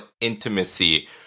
intimacy